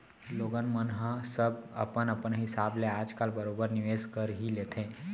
लोगन मन ह सब अपन अपन हिसाब ले आज काल बरोबर निवेस कर ही लेथे